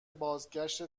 بازگشت